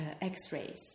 x-rays